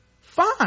fine